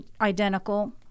identical